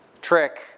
trick